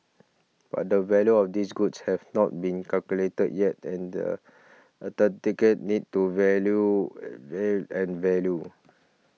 but the value of these goods have not been calculated yet and need to value and valued